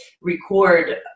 record